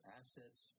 assets